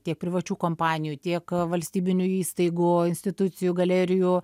tiek privačių kompanijų tiek valstybinių įstaigų institucijų galerijų